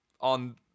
on